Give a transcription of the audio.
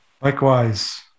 likewise